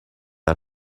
are